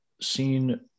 seen